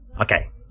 okay